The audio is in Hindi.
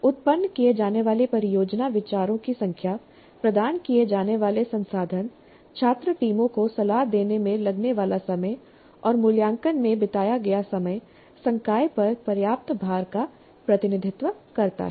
उत्पन्न किए जाने वाले परियोजना विचारों की संख्या प्रदान किए जाने वाले संसाधन छात्र टीमों को सलाह देने में लगने वाला समय और मूल्यांकन में बिताया गया समय संकाय पर पर्याप्त भार का प्रतिनिधित्व करता है